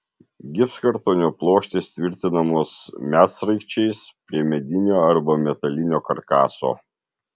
gipskartonio plokštės tvirtinamos medsraigčiais prie medinio arba metalinio karkaso